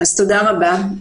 תודה רבה.